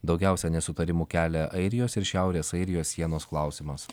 daugiausia nesutarimų kelia airijos ir šiaurės airijos sienos klausimas